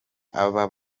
aba